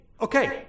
okay